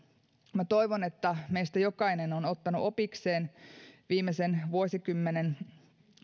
minä toivon että meistä jokainen on ottanut opikseen viimeisen vuosikymmenen